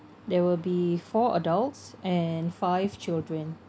there will be four adults and five children